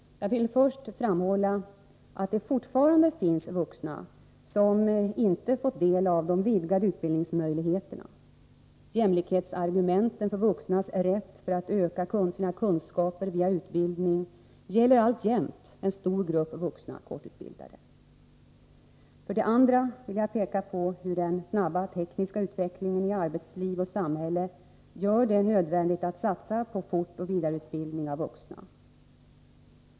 Jag vill för det första framhålla att det fortfarande finns vuxna som inte har fått del av de vidgade utbildningsmöjligheterna. Jämlikhetsargumenten för vuxnas rätt att öka sina kunskaper via utbildning gäller alltjämt en stor grupp vuxna korttidsutbildade. För det andra vill jag peka på hur den snabba tekniska utvecklingen i arbetsliv och samhälle gör det nödvändigt att satsa på fortoch vidareutbildning av vuxna.